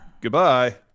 Goodbye